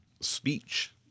speech